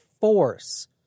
force